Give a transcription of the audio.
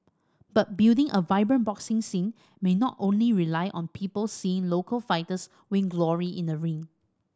but building a vibrant boxing scene may not only rely on people seeing local fighters win glory in the ring